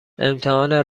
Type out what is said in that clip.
امتحان